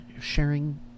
sharing